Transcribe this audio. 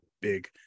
big